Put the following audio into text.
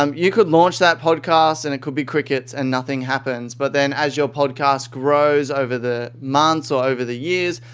um you could launch that podcast and it could be crickets and nothing happens. but then, as your podcast grows over the months or over the years,